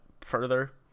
further